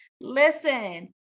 Listen